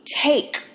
take